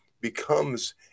becomes